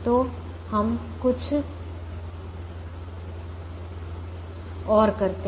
तो हम कुछ और करते हैं